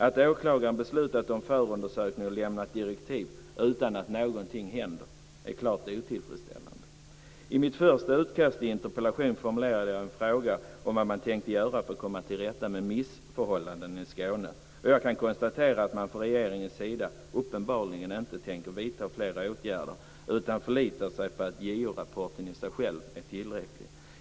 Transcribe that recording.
Att åklagaren beslutat om förundersökning och lämnat direktiv utan att någonting händer är klart otillfredsställande. I mitt första utkast till interpellation formulerade jag en fråga om vad man tänker göra för att komma till rätta med missförhållandena i Skåne. Jag kan konstatera att man från regeringens sida uppenbarligen inte tänker vidta fler åtgärder, utan förlitar sig på att JO-rapporten i sig själv är tillräcklig.